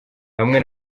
hamwe